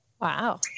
Wow